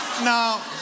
no